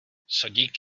sodík